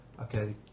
Okay